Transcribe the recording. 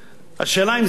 השאלה אם זה נכון.